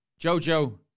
Jojo